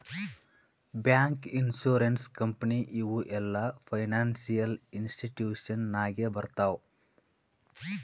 bank, insurance company ಇವು ಎಲ್ಲಾ financial institution ನಾಗೆ ಬರ್ತಾವ್